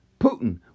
Putin